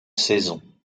saison